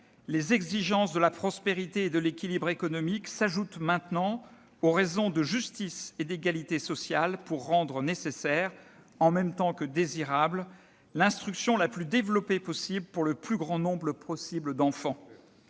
les exigences de la prospérité et de l'équilibre économique s'ajoutent maintenant aux raisons de justice et d'égalité sociale pour rendre nécessaire, en même temps que désirable, l'instruction la plus développée possible pour le plus grand nombre possible d'enfants.